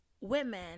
women